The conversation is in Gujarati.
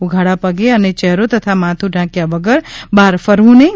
ઉધાડા પગે અને યહેરો તથા માથું ઢાંક્યા વગર બહાર ફરવું નહિ